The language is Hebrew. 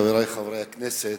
חברי חברי הכנסת,